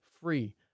free